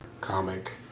comic